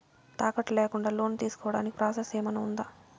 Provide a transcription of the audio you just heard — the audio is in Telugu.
తాకట్టు లేకుండా లోను తీసుకోడానికి ప్రాసెస్ ఏమన్నా ఉందా?